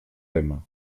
aime